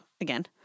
again